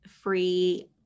free